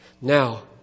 Now